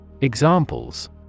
Examples